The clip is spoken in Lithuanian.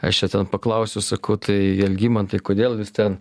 aš jo ten paklausiau sakau tai algimantui kodėl jūs ten